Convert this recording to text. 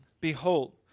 Behold